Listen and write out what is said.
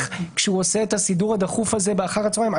כשהוא עושה את הסידור הדחוף הזה אחר הצוהריים?